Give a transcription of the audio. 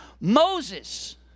Moses